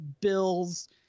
bills